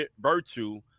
virtue